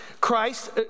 Christ